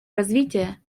развитие